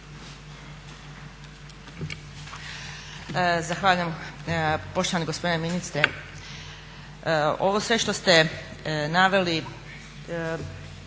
Zahvaljujem. Poštovani gospodine ministre, ovo sve što ste naveli